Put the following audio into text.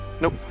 Nope